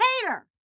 hater